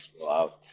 Wow